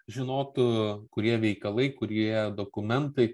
žinotų kurie veikalai kurie dokumentai